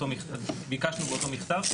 ביקשנו באותו מכתב,